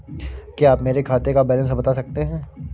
क्या आप मेरे खाते का बैलेंस बता सकते हैं?